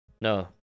no